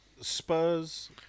Spurs